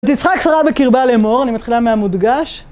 ותצחק שרה בקרבה לאמור, אני מתחילה מהמודגש.